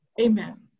amen